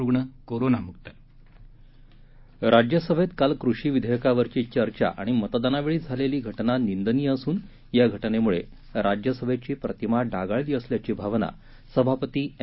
रुग्ण करोनामुक्त राज्यसभेत काल कृषी विधेयकांवरची चर्चा आणि मतदानावेळी झालेली घटना निंदनीय असून या घटनेमुळे राज्यसभेची प्रतिमा डागाळली असल्याची भावना सभापती एम